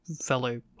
fellow